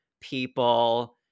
people